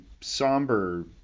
somber